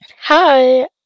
hi